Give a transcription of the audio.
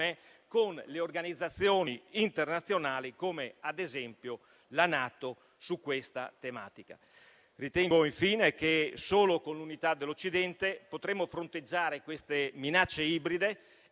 con le organizzazioni internazionali, come ad esempio la NATO, su questa tematica. Ritengo infine che solo con l'unità dell'Occidente potremo fronteggiare queste minacce ibride